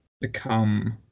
become